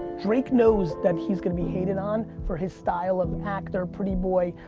drake knows that he's gonna be hated on for his style of actor, pretty boy,